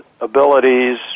abilities